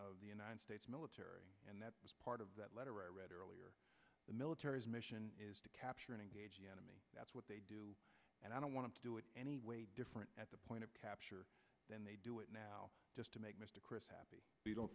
of the united states military and that is part of that letter i read earlier the military's mission is to capture an enemy that's what they do and i don't want to do it any way different at the point of capture than they do it now just to make mr chris happy we don't